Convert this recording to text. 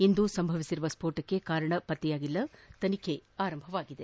ಇಂದು ಸಂಭವಿಸಿರುವ ಸ್ಪೋಟಕ್ಕೆ ಕಾರಣ ತಿಳಿದುಬಂದಿಲ್ಲ ತನಿಖೆ ಆರಂಭವಾಗಿದೆ